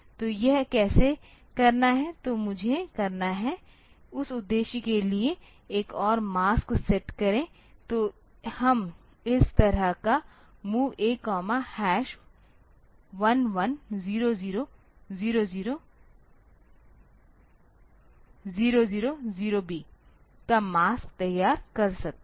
तोयह कैसे करना है तो मुझे करना है उस उद्देश्य के लिए एक और मास्क सेट करें तो हम इस तरह का MOV A 11000000b का मास्क तैयार कर सकते हैं